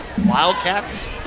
Wildcats